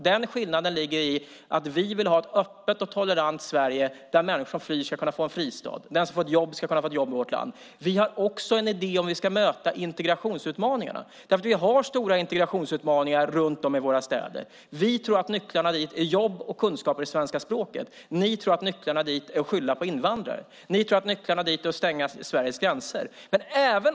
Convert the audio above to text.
Den skillnaden ligger i att vi vill ha ett öppet och tolerant Sverige där människor som flyr ska kunna få en fristad, den som söker ett jobb ska kunna få ett jobb i vårt land. Vi har också en idé om hur vi ska möta integrationsutmaningarna. Vi har stora integrationsutmaningar i våra städer. Vi tror att nycklarna dit är jobb och kunskaper i svenska språket. Ni tror att nycklarna dit är att skylla på invandrare. Ni tror att nycklarna dit är att stänga Sveriges gränser.